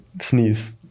sneeze